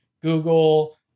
Google